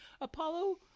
Apollo